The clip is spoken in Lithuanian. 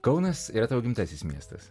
kaunas yra tavo gimtasis miestas